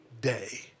day